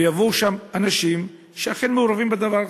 ויבואו לשם אנשים שאכן מעורבים בדבר,